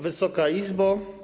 Wysoka Izbo!